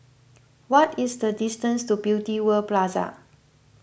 what is the distance to Beauty World Plaza